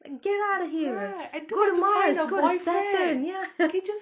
like get out of here go ya